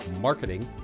marketing